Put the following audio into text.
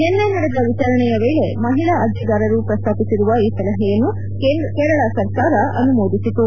ನಿನ್ನೆ ನಡೆದ ವಿಚಾರಣೆಯ ವೇಳೆ ಮಹಿಳಾ ಅರ್ಜೆದಾರರು ಪ್ರಸ್ತಾಪಿಸಿರುವ ಈ ಸಲಹೆಯನ್ನು ಕೇರಳ ಸರ್ಕಾರ ಅನುಮೋದಿಸಿತು